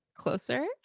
Closer